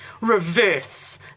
reverse